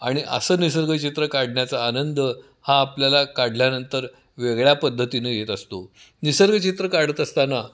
आणि असं निसर्गचित्र काढण्याचा आनंद हा आपल्याला काढल्यानंतर वेगळ्या पद्धतीनं येत असतो निसर्गचित्र काढत असताना